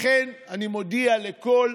לכן אני מודיע לכל